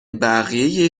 بقیه